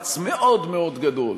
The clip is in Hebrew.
מאמץ מאוד מאוד גדול,